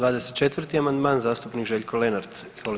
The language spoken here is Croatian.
24. amandman zastupnik Željko Lenart.